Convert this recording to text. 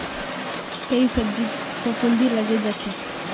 कई सब्जित फफूंदी लगे जा छे